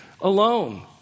alone